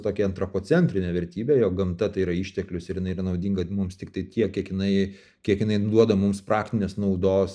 tokia antropocentrinė vertybė gamta tai yra išteklius ir jinai yra naudinga mums tiktai tiek kiek jinai kiek jinai duoda mums praktinės naudos